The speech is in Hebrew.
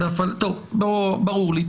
ברור לי.